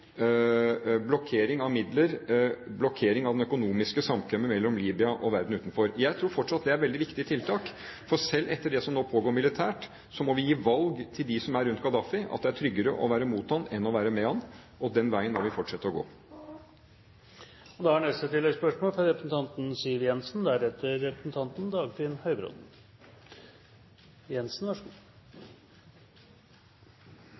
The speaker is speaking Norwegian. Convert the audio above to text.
blokkering av midler og blokkering av det økonomiske samkvemmet mellom Libya og verden utenfor. Jeg tror fortsatt det er veldig viktige tiltak, for selv etter det som nå pågår militært, må vi gi et valg til dem som er rundt Gaddafi, og si at det er tryggere å være mot ham enn å være med ham. Og den veien må vi fortsette å gå.